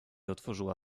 otworzyła